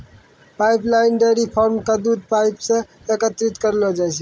pipeline dairy farm म दूध pipe सें एकत्रित करलो जाय छै